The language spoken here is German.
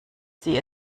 sie